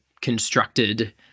constructed